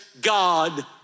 God